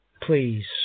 please